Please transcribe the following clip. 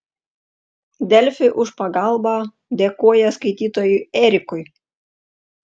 delfi už pagalbą dėkoja skaitytojui erikui